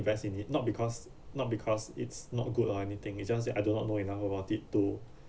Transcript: invest in it not because not because it's not good or anything it's just that I do not know enough about it to